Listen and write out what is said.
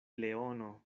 leono